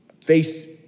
Face